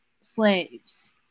slaves